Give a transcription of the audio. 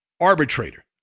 arbitrator